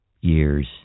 years